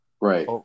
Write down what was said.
right